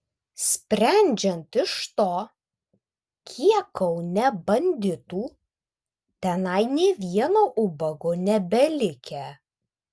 sprendžiant iš to kiek kaune banditų tenai nė vieno ubago nebelikę